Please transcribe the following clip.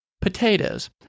Potatoes